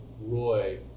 Roy